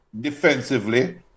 defensively